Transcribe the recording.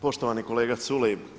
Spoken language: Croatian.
Poštovani kolega Culej.